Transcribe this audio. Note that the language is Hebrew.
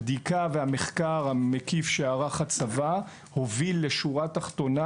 הבדיקה והמחקר המקיף שערך הצבא הוביל לשורה תחתונה